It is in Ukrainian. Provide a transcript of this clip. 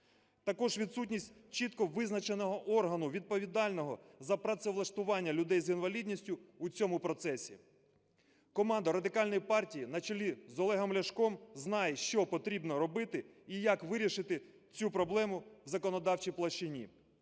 Також відсутність чітко визначеного органу відповідального за працевлаштування людей з інвалідністю у цьому процесі. Команда Радикальної партії на чолі з Олегом Ляшком знає, що потрібно робити і як вирішити цю проблему в законодавчій площині.